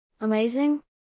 Amazing